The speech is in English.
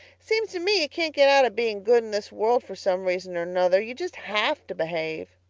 seems to me you can't get out of being good in this world for some reason or nother. you just have to behave.